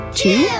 two